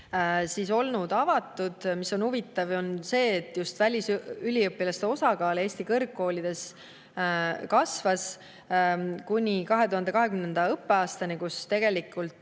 olnud avatud. Huvitav on see, et just välisüliõpilaste osakaal Eesti kõrgkoolides kasvas kuni 2020. õppeaastani, kui tegelikult